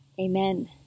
Amen